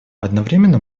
одновременно